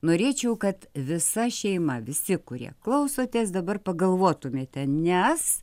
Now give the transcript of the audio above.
norėčiau kad visa šeima visi kurie klausotės dabar pagalvotumėte nes